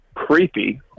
Creepy